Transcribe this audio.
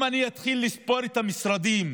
אם אני אתחיל לספור את המשרדים